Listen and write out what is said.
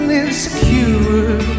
insecure